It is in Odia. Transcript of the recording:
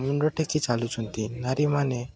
ମୁଣ୍ଡଟେକି ଚାଲୁଛନ୍ତି ନାରୀମାନେ